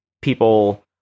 people